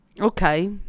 okay